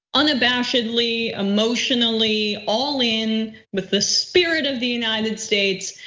unabashedly emotionally all in with the spirit of the united states,